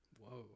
Whoa